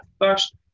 first